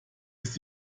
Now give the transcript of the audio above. ist